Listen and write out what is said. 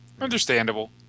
Understandable